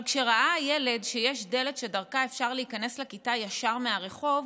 אבל כשראה הילד שיש דלת שדרכה אפשר להיכנס לכיתה ישר מהרחוב,